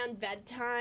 bedtime